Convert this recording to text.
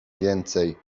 więcej